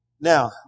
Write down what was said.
Now